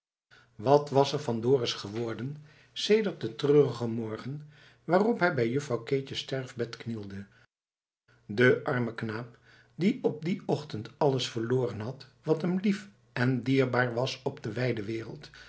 wat was er van dorus geworden sedert den treurigen morgen waarop hij bij juffrouw keetje's sterfbed knielde de arme knaap die op dien ochtend alles verloren had wat hem lief en dierbaar was op de wijde wereld